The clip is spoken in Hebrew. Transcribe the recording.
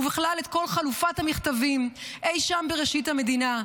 ובכלל את כל חלופת המכתבים אי שם בראשית המדינה.